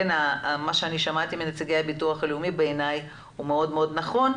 מה ששמעתי מנציגי ביטוח הלאומי בעיני הוא מאוד נכון,